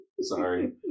sorry